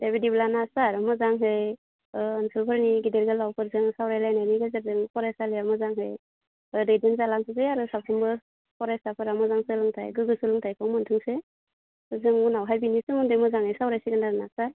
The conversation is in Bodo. दे बिदिब्ला ना सार मोजाङै ओनसोलफोरनि गिदिर गोलावफोरजों सावरायलायनायनि गेजेरजों फरायसालिया मोजाङै जालांजोबबाय आरो साफ्रोमबो फरायसाफोरा मोजां सोलोंथाइ गोग्गो सोलोंथाइखौ मोन्थोंसै जों उनावहाय बेनि सोमोन्दै मोजाङै सावरायसिगोन दे आरो ना सार